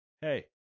Hey